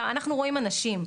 אנחנו רואים אנשים,